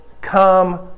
come